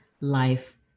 life